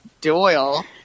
Doyle